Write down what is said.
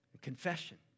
Confession